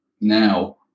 now